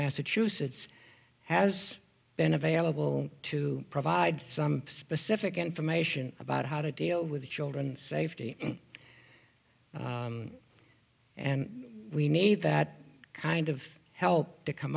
massachusetts has been available to provide some specific information about how to deal with children's safety and we need that kind of help to come